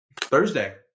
Thursday